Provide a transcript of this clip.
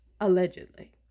allegedly